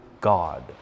God